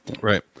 Right